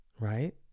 Right